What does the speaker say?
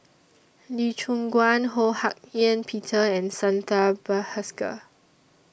Lee Choon Guan Ho Hak Ean Peter and Santha Bhaskar